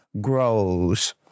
grows